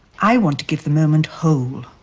i want to give the moment whole,